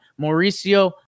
Mauricio